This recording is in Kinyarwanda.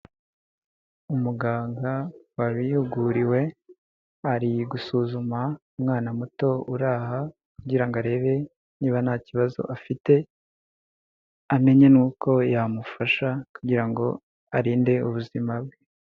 Umuganga wabihuguriwe ari gusuzuma umwana muto uri aha kugira ngo arebe niba nta kibazo afite amenye n'uko yamufasha kugira ngo arinde ubuzima bwe.